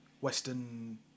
Western